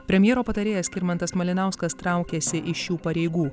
premjero patarėjas skirmantas malinauskas traukiasi iš šių pareigų